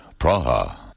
Praha